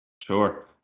Sure